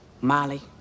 Molly